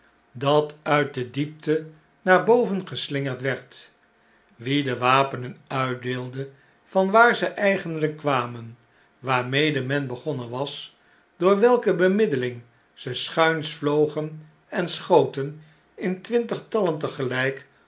dat uit de diepte naar boven geslingerd werd wie de wapenen uitdeelde van waar ze eigenljjk kwamen waarmede men begonnen was door welke bemiddeling ze schuins vlogen en schoten in twintigtallen